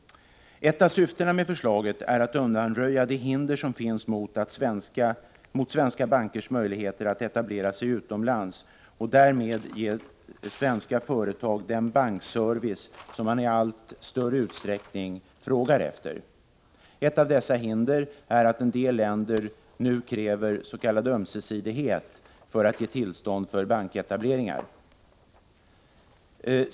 Ett av syftena med förslaget är att undanröja de hinder som finns mot svenska bankers möjligheter att etablera sig utomlands och därmed ge svenska företag den bankservice som dessa i allt större utsträckning frågar efter. Ett av dessa hinder är att en del länder nu kräver s.k. ömsesidighet när de skall ge tillstånd för banketableringar.